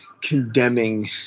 condemning